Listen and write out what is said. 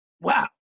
Wow